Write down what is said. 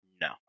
No